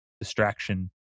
distraction